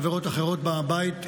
חברות אחרות בבית,